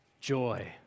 joy